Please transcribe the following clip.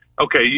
Okay